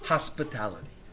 Hospitality，